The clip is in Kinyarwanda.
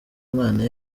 umwana